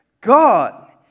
God